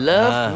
Love